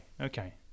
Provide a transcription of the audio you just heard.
Okay